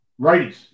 Righties